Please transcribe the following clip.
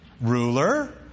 ruler